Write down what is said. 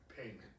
payment